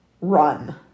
run